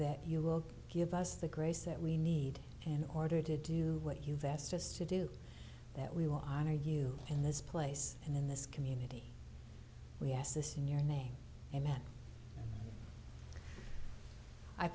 that you will give us the grace that we need in order to do what you've asked us to do that we will honor you in this place and in this community we ask this in your name a